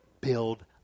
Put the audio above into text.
build